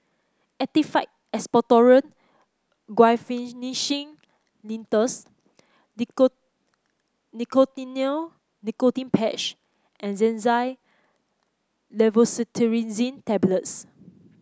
Actified Expectorant Guaiphenesin Linctus Nicotinell Nicotine Patch and Xyzal Levocetirizine Tablets